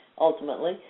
ultimately